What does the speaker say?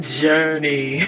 journey